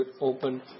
open